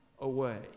away